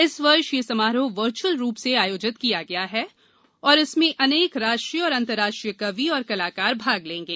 इस वर्ष यह समारोह वर्चुअल रूप से आयोजित किया गया है और इसमें अनेक राष्ट्रीय और अंतर्राष्ट्रीय कवि और कलाकार भाग लेंगे